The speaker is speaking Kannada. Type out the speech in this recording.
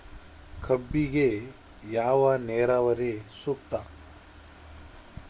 ಕಬ್ಬಿಗೆ ಯಾವ ನೇರಾವರಿ ಸೂಕ್ತ?